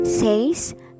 says